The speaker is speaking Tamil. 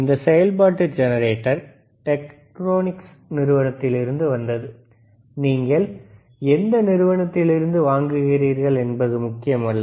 இந்த செயல்பாட்டு ஜெனரேட்டர் டெக்ட்ரோனிக்ஸ் நிறுவனத்திலிருந்து வந்தது நீங்கள் எந்த நிறுவனத்திலிருந்து வாங்குகிறீர்கள் என்பது முக்கியமல்ல